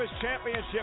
Championship